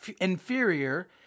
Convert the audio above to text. inferior